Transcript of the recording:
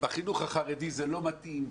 בחינוך החרדי זה לא מתאים,